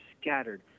scattered